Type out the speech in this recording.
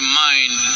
mind